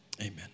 Amen